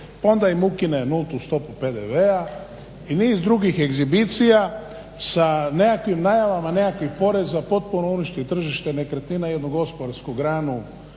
onda im ukine nultu stopu PDV-a i niz drugih ekshibicija sa nekakvim najavama, nekakvim porezom potpuno uništi tržište nekretnina jednu gospodarsku granu